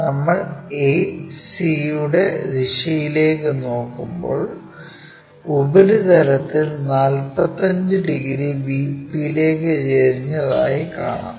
നമ്മൾ a c യുടെ ദിശയിലേക്ക് നോക്കുമ്പോൾ ഉപരിതലത്തിൽ 45 ഡിഗ്രി VP യിലേക്ക് ചരിഞ്ഞതായി കാണാം